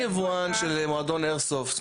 אני יבואן של מועדון איירסופט,